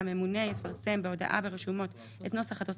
הממונה יפרסם בהודעה ברשומות את נוסח התוספת,